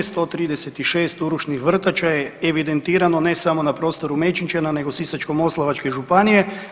136 urušnih vrtača je evidentirano ne samo na prostoru Mečenčana nego Sisačko-moslavačke županije.